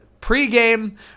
pregame